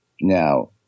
Now